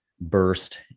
burst